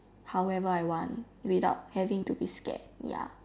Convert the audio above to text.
however I want without having to be scared